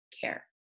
care